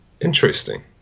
interesting